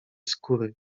skóry